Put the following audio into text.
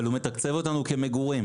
אבל הוא מתקצב אותנו כמגורים.